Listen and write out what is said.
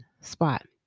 spot